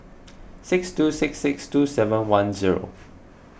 six two six six two seven one zero